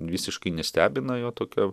visiškai nestebina jo tokia